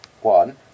one